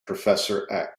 professor